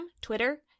Twitter